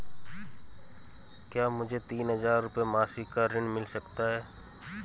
क्या मुझे तीन हज़ार रूपये मासिक का ऋण मिल सकता है?